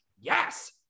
yes